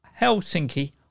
helsinki